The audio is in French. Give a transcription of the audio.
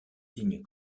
signe